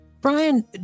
Brian